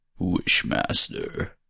Wishmaster